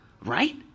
right